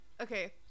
okay